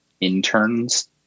interns